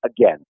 Again